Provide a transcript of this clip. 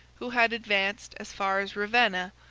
who had advanced as far as ravenna,